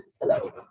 Hello